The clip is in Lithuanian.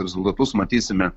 rezultatus matysime